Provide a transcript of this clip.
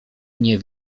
nie